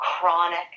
chronic